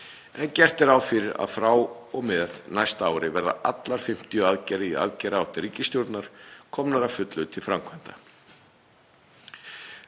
en gert er ráð fyrir að frá og með næsta ári verði allar 50 aðgerðir í aðgerðaáætlun ríkisstjórnar komnar að fullu til framkvæmda.